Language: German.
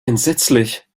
entsetzlich